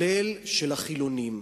גם של החילונים.